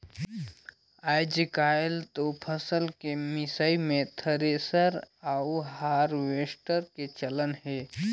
आयज कायल तो फसल के मिसई मे थेरेसर अउ हारवेस्टर के चलन हे